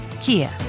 Kia